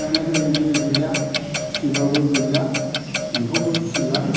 दानाथ' बिदि गैलिया फिथोआबो गैलिया एम्फौबो फिला